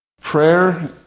Prayer